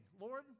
Lord